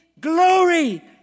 glory